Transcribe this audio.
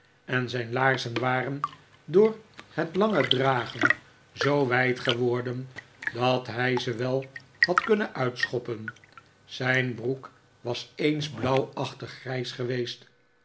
en zijn laarzen waren door het lange dragen zoo wijd geworden dat hij ze wel had kunnen uitschoppen zijn broek was eens blauwachtig grijs geweest